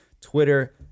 Twitter